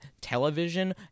television